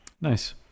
Nice